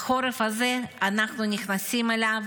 החורף הזה, אנחנו נכנסים אליו,